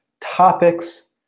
topics